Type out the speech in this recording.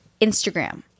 Instagram